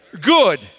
Good